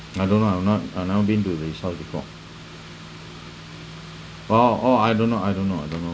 I don't know I'm not I've never been his house before oh oh I don't know I don't know I don't know